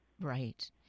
Right